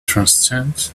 transcend